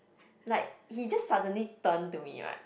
like he just suddenly turn to me right